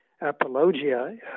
apologia